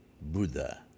Buddha